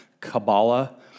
Kabbalah